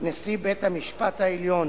נשיא בית-המשפט העליון